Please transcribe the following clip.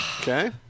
Okay